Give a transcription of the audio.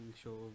show